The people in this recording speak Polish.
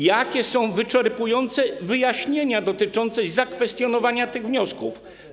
Jakie są wyczerpujące wyjaśnienia dotyczące zakwestionowania tych wniosków?